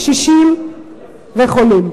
קשישים וחולים.